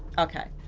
okay.